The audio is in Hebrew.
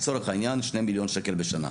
לצורך העניין 2 מיליון שקל בשנה,